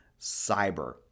cyber